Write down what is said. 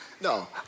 No